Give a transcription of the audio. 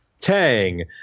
Tang